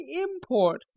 import